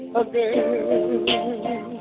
again